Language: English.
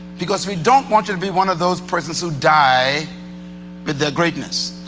because we don't want you to be one of those persons who die with their greatness.